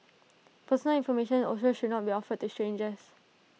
personal information also should not be offered to strangers